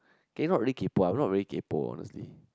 K not really kaypo I'm not really kaypo honestly